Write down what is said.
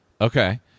Okay